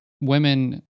women